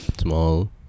Small